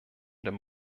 dem